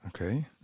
Okay